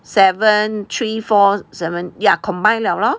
seven three four seven yeah combined liao lor